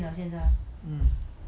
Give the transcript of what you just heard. mm